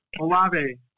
Olave